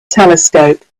telescope